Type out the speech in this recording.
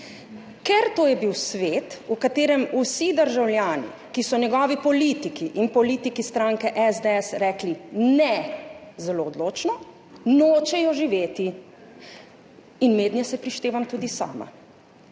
Ker to je bil svet, v katerem vsi državljani, ki so njegovi politiki in politiki stranke SDS rekli ne, zelo odločno, nočejo živeti. In mednje se prištevam tudi sama.